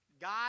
God